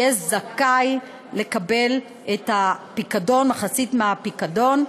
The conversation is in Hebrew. יהיה זכאי לקבל מחצית מהפיקדון,